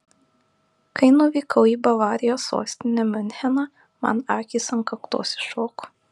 kai nuvykau į bavarijos sostinę miuncheną man akys ant kaktos iššoko